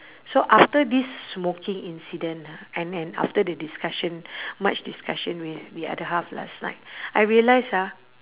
so after this smoking incident ah and and after the discussion much discussion with the other half last night I realise ah